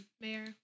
mayor